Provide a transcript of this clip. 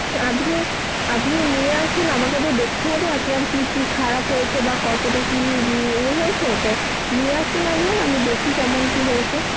আপনি আপনি নিয়ে আসুন আমাকে তো দেখতে হবে আপনার কী কী খারাপ হয়েছে বা কতটা কী ইয়ে হয়েছে তো নিয়ে আসুন আগে আমি দেখি কেমন কী হয়েছে